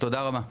תודה רבה.